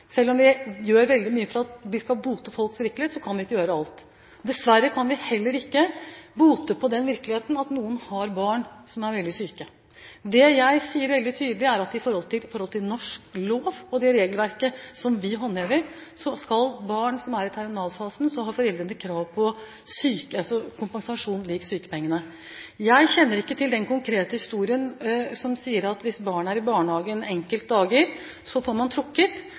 Selv om vi gjør veldig mye for å bøte på folks virkelighet, kan vi ikke gjøre alt. Dessverre kan vi heller ikke bøte på den virkeligheten at noen har barn som er veldig syke. Det jeg sier veldig tydelig, er at etter norsk lov og det regelverket som vi håndhever, har foreldrene til barn som er i terminalfasen, krav på kompensasjon lik sykepengene. Jeg kjenner ikke til den konkrete historien som sier at hvis barn er i barnehagen enkelte dager, blir man trukket.